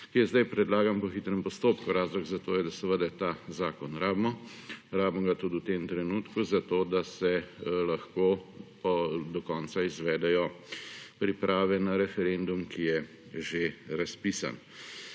ki je zdaj predlagan po hitrem postopku. Razlog za to je, da seveda ta zakon rabimo, rabimo ga tudi v tem trenutku, zato da se lahko do konca izvedejo priprave na referendum, ki je že razpisan.